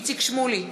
איציק שמולי,